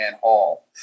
Hall